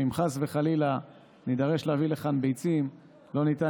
ואם חס וחלילה נידרש להביא לכאן ביצים לא ניתן